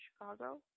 Chicago